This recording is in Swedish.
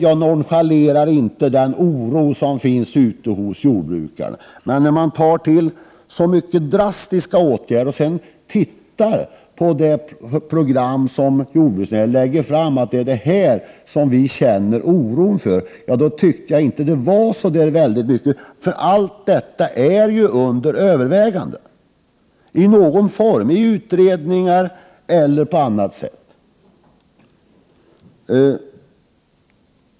Jag nonchalerar inte den oro som finns ute hos jordbrukarna, men när man tar till så drastiska ord och säger att det är det program som jordbruksnämnden lägger fram som man känner oro för, tycker jag inte att det är så väldigt mycket. Allt detta är ju under övervägande i någon form, i utredningar eller på annat sätt.